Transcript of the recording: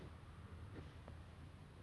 um probably